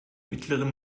mittleren